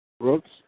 Brooks